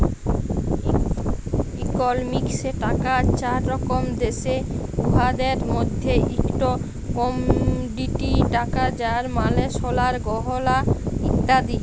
ইকলমিক্সে টাকার চার রকম দ্যাশে, উয়াদের মইধ্যে ইকট কমডিটি টাকা যার মালে সলার গয়লা ইত্যাদি